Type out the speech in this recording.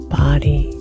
body